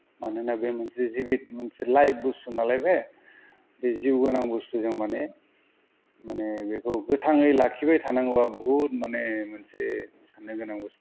मानोना बे मोनसे जिबिद मोनसे लाइफ बुस्तु नालाय बे बे जिउ गोनां बुस्तुजों माने माने बेखौ गोथांयै लाखिबाय थानांगौबा बुहुद माने मोनसे सान्नो गोनां बुस्तु